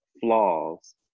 flaws